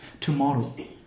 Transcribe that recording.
tomorrow